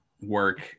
work